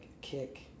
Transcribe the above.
kick